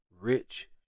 rich